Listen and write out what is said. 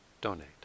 donate